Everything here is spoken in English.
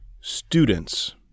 students